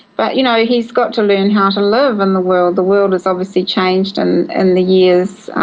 but you know he's got to learn how to live in the world. the world has obviously changed and in the years